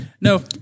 no